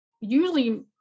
usually